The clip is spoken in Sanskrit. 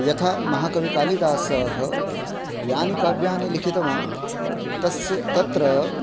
यथा महाकविः कालिदासः यानि काव्यानि लिखितवान् तस्य तत्र